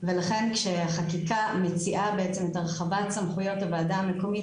ולכן כשהחקיקה מציעה בעצם את הרחבת סמכויות הוועדה המקומית,